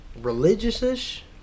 Religious-ish